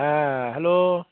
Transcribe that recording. হ্যাঁ হ্যালো